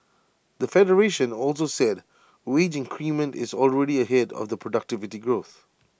the federation also said wage increment is already ahead of productivity growth